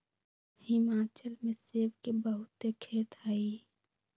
हिमाचल में सेब के बहुते खेत हई